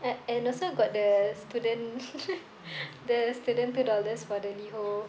uh and also got the student the student two dollars for the Liho